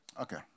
Okay